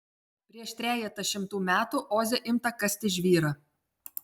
prieš trejetą šimtų metų oze imta kasti žvyrą